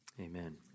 Amen